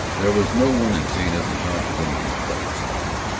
there was no one in zenith who talked of anything but the strike,